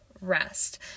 rest